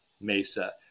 Mesa